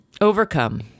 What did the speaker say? Overcome